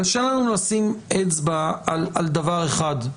קשה לנו לשים אצבע על דבר אחד,